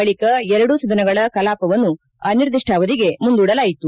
ಬಳಿಕ ಎರಡೂ ಸದನಗಳ ಕಲಾವನ್ನು ನಿರ್ದಿಷ್ಟಾವಧಿಗೆ ಮುಂದೂಡಲಾಯಿತು